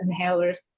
inhalers